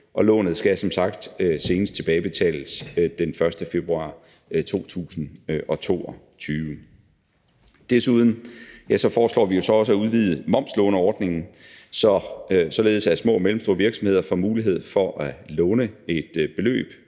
lånet skal som sagt senest tilbagebetales den 1. februar 2022. Desuden foreslår vi jo så også at udvide momslåneordningen, således at små og mellemstore virksomheder får mulighed for at låne et beløb